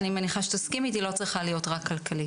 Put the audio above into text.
אני מניחה שתסכימי איתי לא צריכה להיות רק כלכלית.